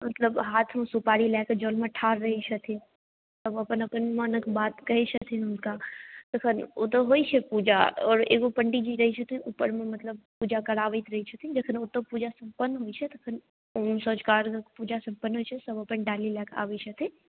मतलब हाथमे सुपारी लए कऽ जलमे ठाढ़ रहै छथिन तब अपन अपन मोनक बात कहै छथिन हुनका तखन ओतऽ होइ छै पूजा आओर एगो पण्डित जी रहै छथिन उपरमे मतलब पूजा कराबैत रहै छथिन जखन ओतऽ पूजा सम्पन्न होइ छै तखन ओ सौझका अर्घक पूजा सम्पन्न होइ छै सभ अपन डाली लएकऽ आबै छथिन